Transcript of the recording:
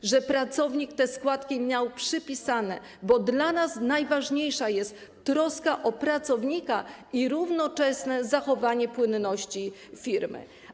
To, że pracownik te składki miał przypisane, bo dla nas najważniejsza jest troska o pracownika i równoczesne zachowanie płynności firmy.